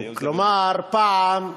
כלומר, פעם,